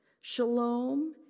Shalom